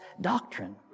doctrine